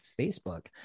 Facebook